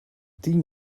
tien